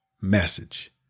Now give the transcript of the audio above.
message